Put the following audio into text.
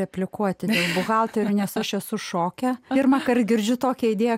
replikuoti nei buhalterio nes aš esu šoke pirmąkart girdžiu tokią idėją